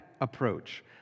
approach